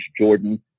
Jordan